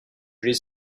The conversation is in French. les